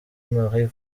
marie